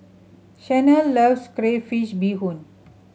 Shanell loves crayfish beehoon